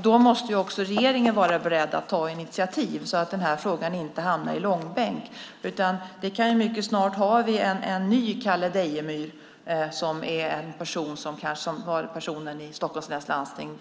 Då måste också regeringen vara beredd att ta initiativ så att frågan inte hamnar i långbänk. Snart har vi en ny Kalle Dejemyr. Hans läkemedel ifrågasattes av Stockholms läns landsting.